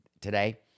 today